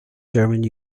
german